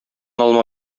алма